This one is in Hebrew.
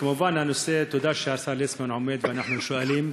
כמובן הנושא, תודה שהשר ליצמן עומד ואנחנו שואלים,